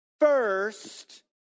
first